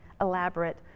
elaborate